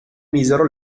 misero